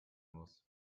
muss